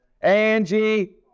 Angie